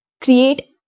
create